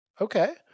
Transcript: Okay